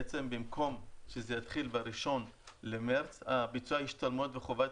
במקום שזה יתחיל ב-1 במארס ביצוע ההשתלמויות וחובת